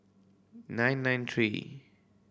nine nine three